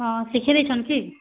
ହଁ ଶିଖେଇ ଦେଇଛନ୍ କି